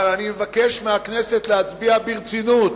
אבל אני מבקש מהכנסת להצביע ברצינות